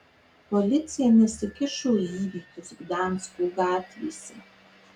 policija nesikišo į įvykius gdansko gatvėse